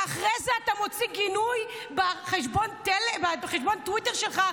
ואחרי זה אתה מוציא גינוי בחשבון הטוויטר שלך,